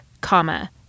comma